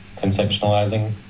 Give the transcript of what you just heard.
conceptualizing